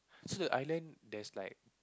so the island there's like